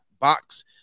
box